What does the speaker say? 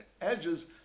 edges